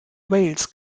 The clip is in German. wales